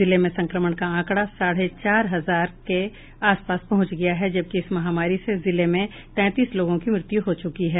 जिले में संक्रमण का आंकड़ा साढ़े चार हजार के आसपास पहुंच गया है जबकि इस महामारी से जिले में तैंतीस लोगों की मृत्यु हो चुकी है